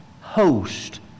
host